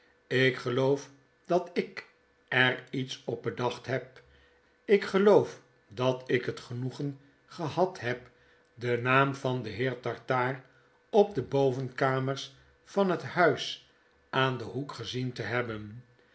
ik geloof dat ik er iets op bedacht heb ik geloof dat ik het genoegen gehad heb den naam van den heer tartaar op de bovenkamers van het huis aan den hoek gezien te hebben